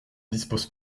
disposent